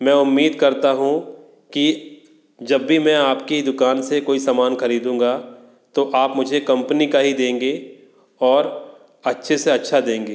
मैं उम्मीद करता हूँ कि जब भी मैं आपकी दुकान से कोई समान ख़रीदूँगा तो आप मुझे कम्पनी का ही देंगे और अच्छे से अच्छा देंगे